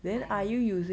I